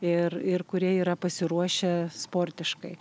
ir ir kurie yra pasiruošę sportiškai